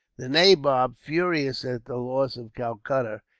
the nabob, furious at the loss of calcutta,